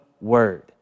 word